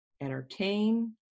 entertain